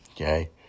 okay